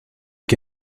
que